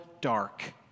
dark